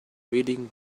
reading